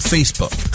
Facebook